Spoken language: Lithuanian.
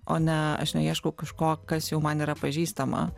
o ne aš neieškau kažko kas jau man yra pažįstama